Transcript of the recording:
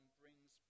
brings